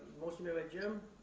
motion made by jim.